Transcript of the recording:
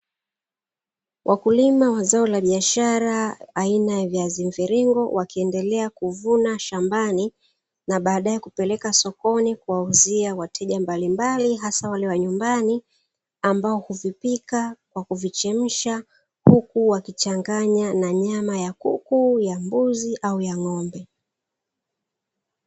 Wakulima wa zao la biashara aina ya viazi mviringo wakiendelea kuvuna shambani, na baadae kupeleka sokoni kuwauzia wateja mbalimbali hasa wale wa nyumbani, ambao huvipika kwa kuvichemsha huku wakichanganya na nyama ya kuku ya mbuzi au ya ng'ombe.